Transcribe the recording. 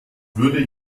würde